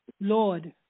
Lord